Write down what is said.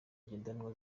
ngendanwa